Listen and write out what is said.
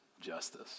justice